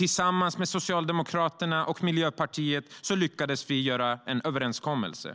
Tillsammans med Socialdemokraterna och Miljöpartiet lyckades vi göra en överenskommelse.